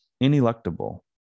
Ineluctable